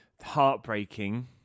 heartbreaking